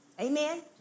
Amen